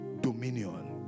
dominion